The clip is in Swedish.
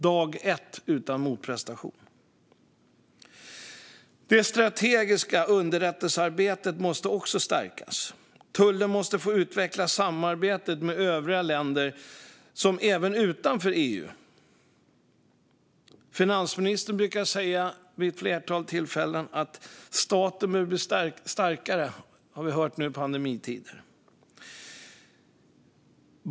Det strategiska underrättelsearbetet måste också stärkas. Tullen måste få utveckla samarbetet med övriga länder, även länder utanför EU. Vi har nu i pandemitid hört finansministern vid ett flertal tillfällen säga att staten behöver bli starkare.